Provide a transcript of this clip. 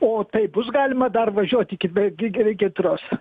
o tai bus galima dar važiuoti iki be gi gi regitros